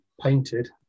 painted